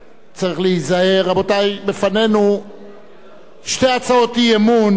רבותי, לפנינו שתי הצעות אי-אמון של